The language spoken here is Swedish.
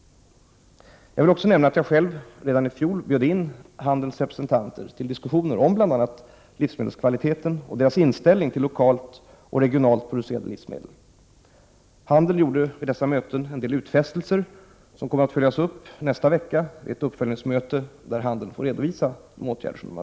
Jag vill också nämna att jag själv redan i fjol bjöd in handelns representanter till diskussioner om bl.a. livsmedlens kvalitet och deras inställning till lokalt och regionalt producerade livsmedel. Handeln gjorde vid dessa möten en del utfästelser, som kommer att följas upp nästa vecka vid ett uppföljningsmöte, där handeln får redovisa vidtagna åtgärder.